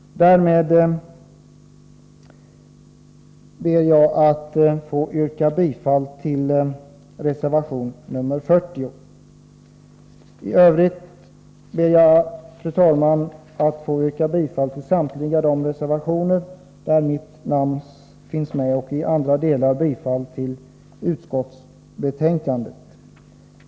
Därmed ber jag att få yrka bifall till reservation nr 40. I övrigt ber jag, fru talman, att få yrka bifall till samtliga reservationer där mitt namn finns med, och därutöver yrkar jag bifall till utskottets hemställan.